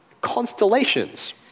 constellations